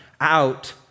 out